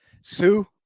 Sue